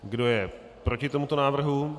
Kdo je proti tomuto návrhu?